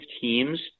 teams